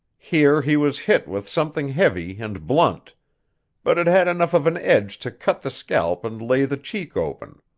here he was hit with something heavy and blunt but it had enough of an edge to cut the scalp and lay the cheek open.